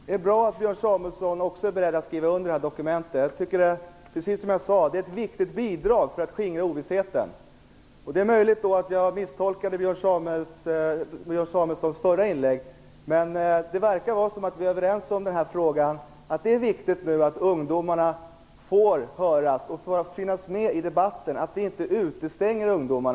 Herr talman! Det är bra att Björn Samuelson också är beredd att skriva under detta dokument. Precis som jag sade är det ett viktigt bidrag för att skingra ovissheten. Det är möjligt att jag misstolkade Björn Samuelsons förra inlägg. Men vi verkar vara överens om att det är viktigt att ungdomarna får höras och finnas med i debatten, att vi inte utestänger dem.